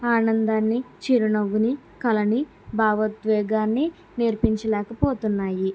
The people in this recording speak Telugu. ఆనందాన్ని చిరునవ్వుని కలను భావోద్వేగాన్ని నేర్పించలేక పోతున్నాయి